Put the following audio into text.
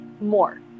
more